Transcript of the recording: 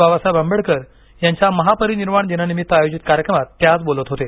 बाबासाहेब आंबेडकर यांच्या महापरिनिर्वाण दिनानिमित्त आयोजित कार्यक्रमात ते आज बोलत होते